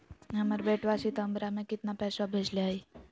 हमर बेटवा सितंबरा में कितना पैसवा भेजले हई?